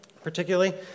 particularly